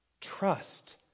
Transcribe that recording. Trust